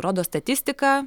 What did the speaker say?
rodo statistika